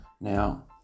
now